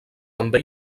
també